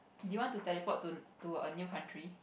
do you want to teleport to to a new country